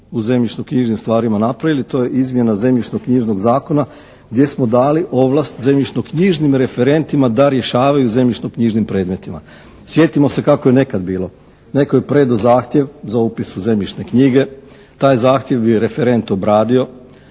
u zemljišno-knjižnim stvarima napravili, to je izmjena zemljišno-knjižnog zakona gdje smo dali ovlast zemljišno-knjižnim referentima da rješavaju o zemljišno-knjižnim predmetima. Sjedimo se kako je nekad bilo. Netko je predao zahtjev za upis u zemljišne knjige. Taj zahtjev bi referent obradio.